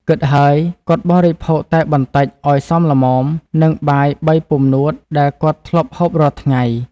គិតហើយ គាត់បរិភោគតែបន្តិចអោយសមល្មមនឹង បាយបីពំនួតដែលគាត់ធ្លាប់ហូបរាល់ថ្ងៃ ។